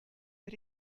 but